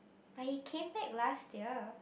but he came back last year